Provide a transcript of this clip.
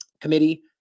committee